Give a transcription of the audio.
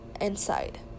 inside